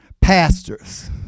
pastors